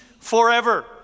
forever